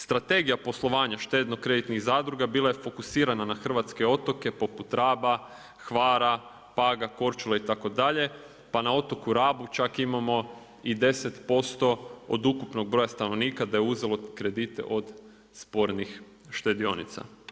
Strategija poslovanja štedno-kreditnih zadruga bila je fokusirana na hrvatske otoke poput Raba, Hvala, Paga, Korčule itd., pa na otoku Rabu čak imamo i 10% od ukupnog broja stanovnika da je uzelo kredite od spornih štedionica.